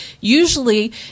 Usually